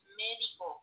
médico